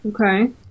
Okay